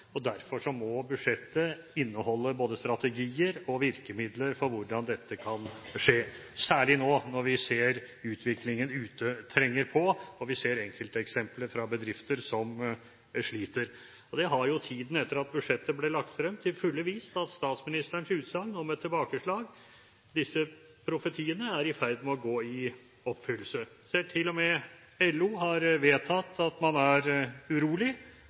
og derfor må budsjettet inneholde både strategier og virkemidler for hvordan dette kan skje – særlig nå når vi ser at utviklingen ute trenger på, og vi ser enkelteksempler på bedrifter som sliter. Det har tiden etter at budsjettet ble lagt frem til fulle bevist, statsministerens utsagn om et tilbakeslag – disse profetiene – er i ferd med å gå i oppfyllelse. Til og med LO har vedtatt at man er urolig,